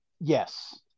Yes